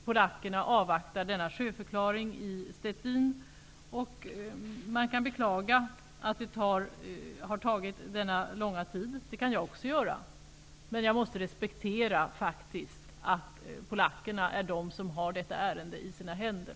Polackerna avvaktar nu sjöförklaringen i Szczecin. Man kan beklaga att det har tagit så lång tid, vilket jag också kan göra. Men jag måste faktiskt respektera att det är polackerna som har detta ärende i sina händer.